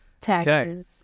Taxes